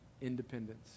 independence